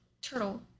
turtle